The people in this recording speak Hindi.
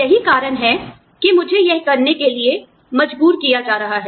यही कारण है कि मुझे यह करने के लिए मजबूर किया जा रहा है